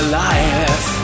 life